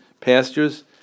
pastures